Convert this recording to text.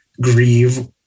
grieve